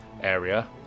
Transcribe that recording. area